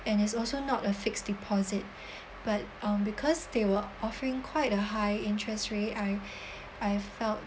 and it's also not a fixed deposit but um because they were offering quite a high interest rate I I felt